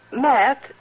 Matt